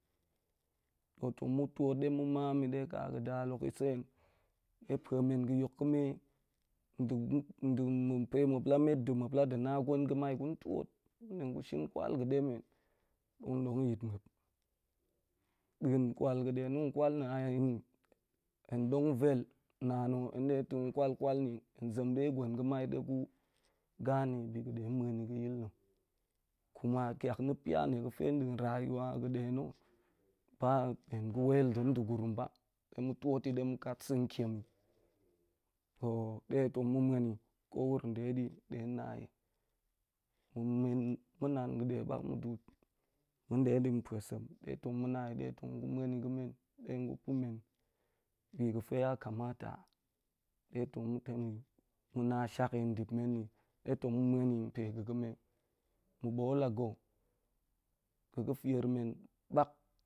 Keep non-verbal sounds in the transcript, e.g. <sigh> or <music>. Wa to tong ma̱ tuot ɗe ma̱ maam mi ɗe ka ga̱ dal hok yi sen, de pua mo̱n ga̱ yok ga̱me muap la met ɗe na gwen ga̱mai gun tiot gum de gu shit kwal ga̱ demen, tong dong yit muap. Da̱a̱n kwal ga̱ ɗe na kwal na̱ a hen, hen muap. Da̱a̱n kwal ga̱ ɗe na̱ kwal na̱ a hen, hen dongvel, naan na̱ hen ɗe fan kwal kwal, hen zem de gwen ga̱mai de gu ga̱ ne bi ga̱ de muen ni ga̱yil na̱. Kuma kiak na̱ pya nie ga̱fe da̱a̱n rayuwa ga̱ ɗe na̱ ba hen ga̱ wel ɗe ɗegurum ba de ma̱ tuot ta̱ ɗe ma̱ kat sa̱n tiem yi. Ho ɗe tong ma̱ muan ni, ko wuro ɗe di ɗe na yi ma̱ nan ga̱ ɗe bak muduut ma̱n ɗe di pa̱sem de tong ma na yi de tong ma̱ muan ni ga̱ men de yi gu pa̱men bi tong ma̱ muan ni ga̱ men de yi gu pa̱men bi ga̱fe ya kamata, ɗe tong ma̱ <unintelligible> ma̱ na shak yi dip men ni, de tong ma̱ muan ni pega̱ ga̱me. Ma̱ bool ago ga̱ ga̱ fyer men ba̱k.